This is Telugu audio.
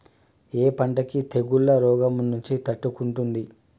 ఏ పంట తెగుళ్ల రోగం నుంచి తట్టుకుంటుంది?